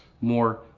more